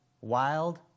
wild